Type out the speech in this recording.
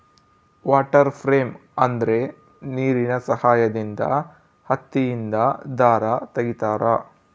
water frame ಅಂದ್ರೆ ನೀರಿನ ಸಹಾಯದಿಂದ ಹತ್ತಿಯಿಂದ ದಾರ ತಗಿತಾರ